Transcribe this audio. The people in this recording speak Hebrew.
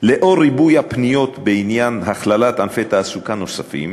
לאור ריבוי הפניות בעניין הכללת ענפי תעסוקה נוספים,